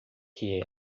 que